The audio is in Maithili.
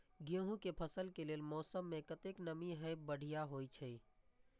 गेंहू के फसल के लेल मौसम में कतेक नमी हैब बढ़िया होए छै?